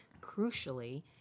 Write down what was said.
crucially